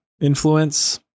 influence